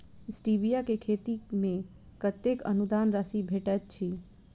Stevia केँ खेती मे कतेक अनुदान राशि भेटैत अछि?